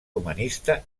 humanista